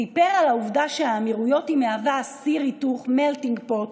סיפר שהאמירויות מהווה סיר היתוך, melting pot,